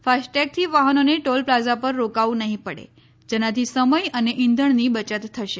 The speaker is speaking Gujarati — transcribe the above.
ફાસ્ટટૈગથી વાહનોને ટોલ પ્લાઝા પર રોકાવું નહીં પડે જેનાથી સમય અને ઇંધણની બચત થશે